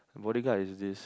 the bodyguard is this